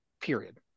period